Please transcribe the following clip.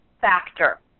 factor